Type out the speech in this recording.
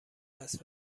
است